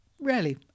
Rarely